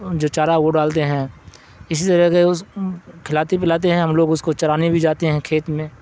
جو چارہ وہ ڈالتے ہیں اسی طرح کے اس کھلاتی پلاتے ہیں ہم لوگ اس کو چرانے بھی جاتے ہیں کھیت میں